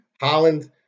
Holland